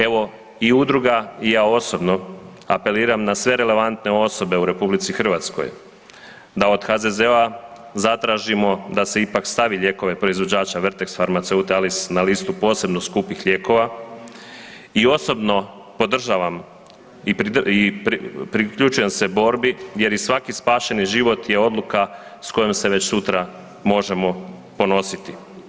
Evo, i Udruga, i ja osobno apeliram na sve relevantne osobe u RH da od HZZO-a zatražimo da se ipak stavi lijekove proizvođača Vertex Pharmaceutaicals na listu posebno skupih lijekova i osobno podržavam i priključujem se borbi jer i svaki spašeni život je odluka s kojom se već sutra možemo ponositi.